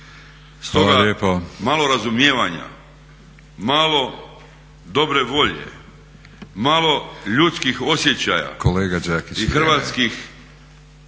Stoga malo razumijevanja, malo dobre volje, malo ljudskih osjećaja i hrvatskih